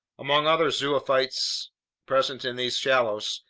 among other zoophytes present in these shallows,